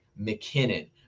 McKinnon